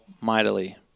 mightily